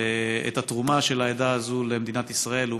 את התרומה של העדה הזו למדינת ישראל הם